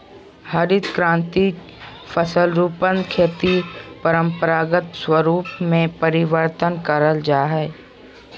हरित क्रान्ति के फलस्वरूप खेती के परम्परागत स्वरूप में परिवर्तन करल जा हइ